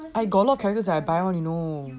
got a lot of characters I buy one you know